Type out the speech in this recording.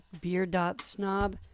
beer.snob